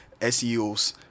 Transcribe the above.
SEOs